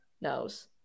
knows